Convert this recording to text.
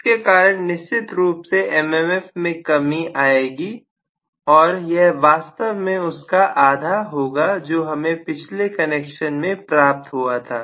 जिसके कारण निश्चित रूप से mmf में कमी आएगी और यह वास्तव में उसका आधा होगा जो हमें पिछले कनेक्शन में प्राप्त हुआ था